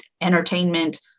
entertainment